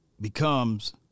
becomes